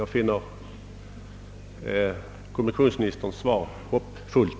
Jag finner kommunikationsministerns svar hoppfullt.